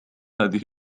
هذه